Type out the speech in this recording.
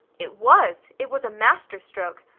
it was! it was a master stroke.